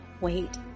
wait